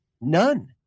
none